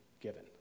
given